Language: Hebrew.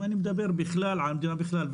אם אני מדבר על המדינה בכלל,